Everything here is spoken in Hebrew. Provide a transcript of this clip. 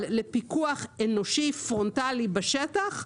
אבל לפיקוח אנושי, פרונטאלי בשטח,